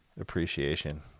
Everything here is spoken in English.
appreciation